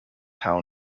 how